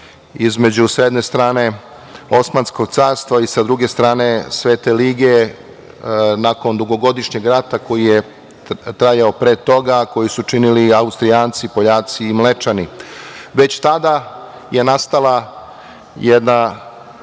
između, s jedne strane, Osmanskog Carstva i sa druge strane, Svete lige nakon dugogodišnjeg rata koji je trajao pre toga, a koji su činili Austrijanci, Poljaci i Mlečani. Već tada je nastala jedna,